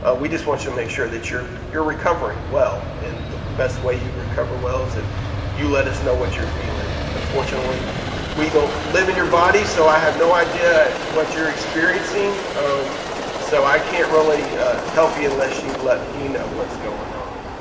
ah we just want to make sure that you're you're recovering well and the best way you recover well is if you let us know what you're feeling. unfortunately we don't live in your body so i have no idea what you're experiencing um so i can't really help you unless you let me know what's going on,